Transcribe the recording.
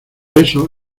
eso